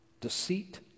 deceit